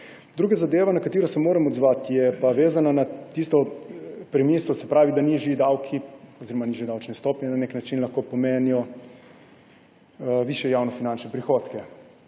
Druga zadeva, na katero se moram odzvati, je vezana na tisto premiso, da nižji davki oziroma nižje davčne stopnje na nek način lahko pomenijo višje javnofinančne prihodke.